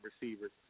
receivers